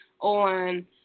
on